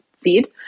feed